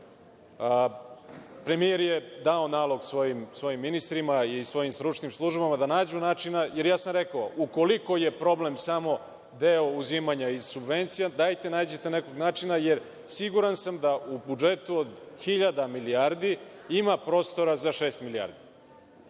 premijer dao nalog svojim ministrima i svojim stručnim službama da nađu načina, jer rekao sam, ukoliko je problem samo deo uzimanja iz subvencija, dajte nađite neki način. Siguran sam da u budžetu od hiljada milijardi ima prostora za šest milijardi,